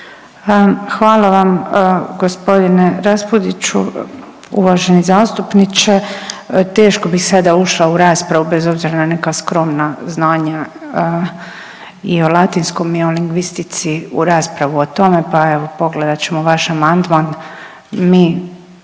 Hvala vam. Gospodine Raspudiću, uvaženi zastupniče, teško bih sada ušla u raspravu bez obzira na neka skromna znanja i o latinskom i o lingvistici u raspravu o tome, pa evo pogledat ćemo vaš amandman,